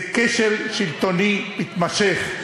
וזה כשל שלטוני מתמשך.